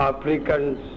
Africans